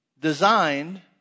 Designed